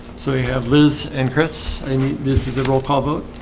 so you have liz and chris. i mean this is the roll call vote